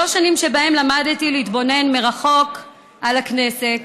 שלוש שנים שבהן למדתי להתבונן מרחוק על הכנסת,